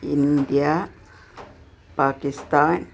India Pakistan